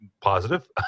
positive